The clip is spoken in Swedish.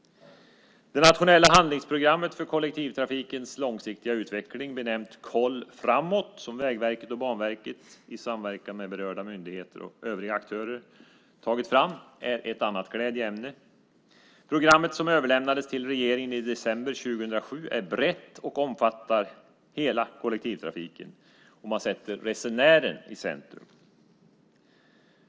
Det nationella handlingsprogrammet för kollektivtrafikens långsiktiga utveckling, benämnt Koll framåt , som Vägverket och Banverket i samverkan med berörda myndighet och övriga aktörer tagit fram är ett annat glädjeämne. Programmet, som överlämnades till regeringen i december 2007, är brett och omfattar hela kollektivtrafiken - och man sätter resenären i centrum.